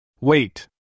Wait